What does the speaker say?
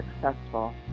successful